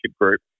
group